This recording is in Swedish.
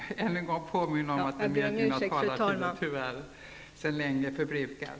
Jag får än en gång påminna om att den medgivna taletiden tyvärr sedan länge är förbrukad.